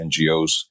NGOs